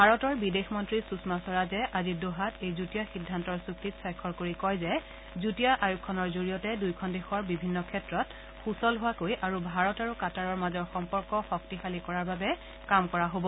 ভাৰতৰ বিদেশ মন্ত্ৰী সুষমা স্বৰাজে আজি ডোহাত এই যুটীয়া সিদ্ধান্তৰ চুক্তিত স্বাক্ষৰ কৰি কয় যে যুটীয়া আয়োগখনৰ জৰিয়তে দুয়োখন দেশৰ বিভিন্ন ক্ষেত্ৰত সূচল হোৱাকৈ আৰু ভাৰত আৰু কাট্টাৰৰ মাজৰ সম্পৰ্ক শক্তিশালী কৰাৰ বাবে কাম কৰা হব